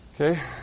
Okay